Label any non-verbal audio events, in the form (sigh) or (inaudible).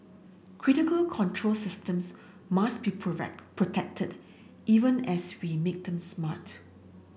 critical control systems must be (unintelligible) protected even as we make them smart